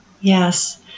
Yes